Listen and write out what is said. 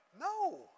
No